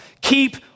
Keep